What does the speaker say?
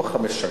לא חמש שנים,